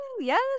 Yes